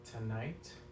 Tonight